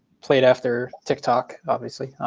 played after tiktok, obviously.